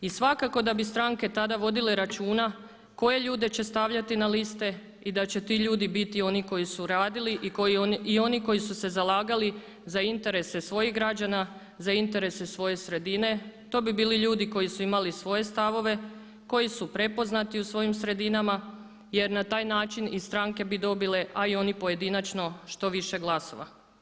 I svakako da bi stranke tada vodile računa koje ljude će stavljati na liste i da će ti ljudi biti oni koji su radili i oni koji su se zalagali za interese svojih građana, za interese svoje sredine, to bi bili ljudi koji su imali svoje stavove, koji su prepoznati u svojim sredinama jer na taj način i stranke bi dobile a i oni pojedinačno što više glasova.